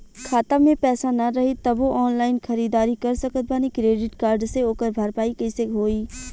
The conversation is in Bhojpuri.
खाता में पैसा ना रही तबों ऑनलाइन ख़रीदारी कर सकत बानी क्रेडिट कार्ड से ओकर भरपाई कइसे होई?